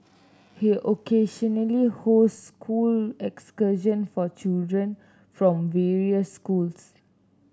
he occasionally hosts school excursion for children from various schools